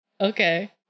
okay